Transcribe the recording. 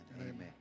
amen